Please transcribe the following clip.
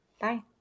Bye